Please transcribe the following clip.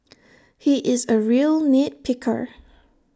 he is A real nit picker